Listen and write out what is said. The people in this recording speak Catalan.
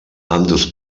ambdós